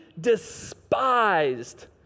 despised